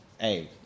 hey